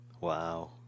Wow